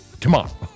tomorrow